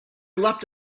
leapt